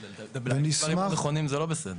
אם אתה אומר דברים לא נכונים זה לא בסדר.